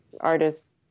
artists